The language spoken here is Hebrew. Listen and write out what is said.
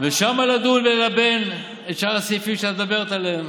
ושם נדון ונלבן את שאר הסעיפים שאת מדברת עליהם.